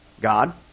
God